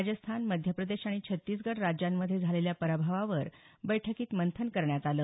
राजस्थान मध्य प्रदेश आणि छत्तीसगड राज्यांमध्ये झालेल्या पराभवावर बैठकीत मंथन करण्यात आलं